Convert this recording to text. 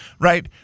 Right